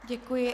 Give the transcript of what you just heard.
Děkuji.